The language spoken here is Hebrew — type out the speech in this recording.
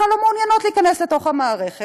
בכלל לא מעוניינות להיכנס למערכת,